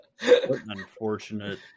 Unfortunate